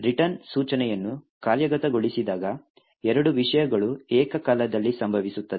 return ಸೂಚನೆಯನ್ನು ಕಾರ್ಯಗತಗೊಳಿಸಿದಾಗ ಎರಡು ವಿಷಯಗಳು ಏಕಕಾಲದಲ್ಲಿ ಸಂಭವಿಸುತ್ತವೆ